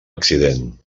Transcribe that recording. accident